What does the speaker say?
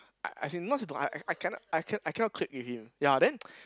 I as in not say don't like I I I cannot I can I cannot click with him ya then